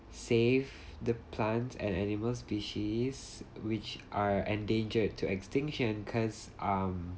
save the plant and animal species which are endangered to extinction cause um